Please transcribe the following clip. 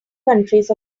countries